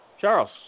charles